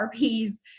RP's